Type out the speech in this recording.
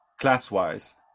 class-wise